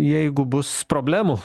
jeigu bus problemų